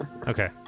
Okay